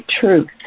truth